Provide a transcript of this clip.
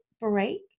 break